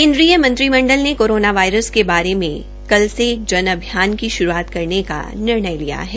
केन्द्रीय मंत्रिमंडल ने कोरोना वायरस के बारे में कल से एक जन अभियान की शुरूआत का निर्णय लिया है